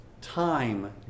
time